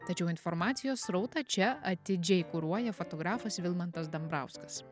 tačiau informacijos srautą čia atidžiai kuruoja fotografas vilmantas dambrauskas